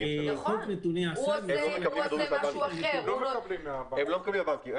הם לא מקבלים מהבנקים.